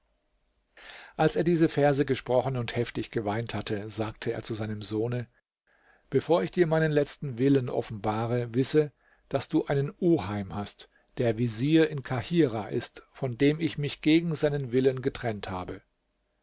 als er diese verse gesprochen und heftig geweint hatte sagte er zu seinem sohne bevor ich dir meinen letzten willen offenbare wisse daß du einen oheim hast der vezier in kahirah ist von dem ich mich gegen seinen willen getrennt habe